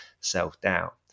self-doubt